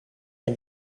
the